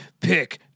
Pick